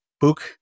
book